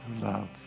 Love